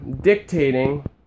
dictating